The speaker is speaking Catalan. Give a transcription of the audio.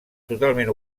totalment